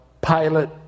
pilot